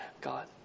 God